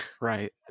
right